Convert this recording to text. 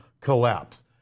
collapse